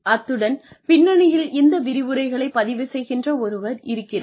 அத்துடன் பின்னணியில் இந்த விரிவுரைகளைப் பதிவு செய்கின்ற ஒருவர் இருக்கிறார்